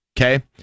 okay